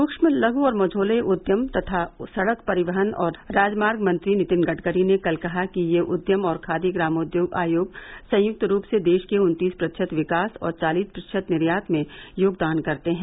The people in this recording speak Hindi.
सूक्ष्म लघु और मझोले उद्यम तथा सड़क परिवहन और राजमार्ग मंत्री नितिन गड़करी ने कल कहा कि ये उद्यम और खादी ग्रामोद्योग आयोग संयुक्त रूप से देश के उन्तीस प्रतिशत विकास और चालीस प्रतिशत निर्यात में योगदान करते हैं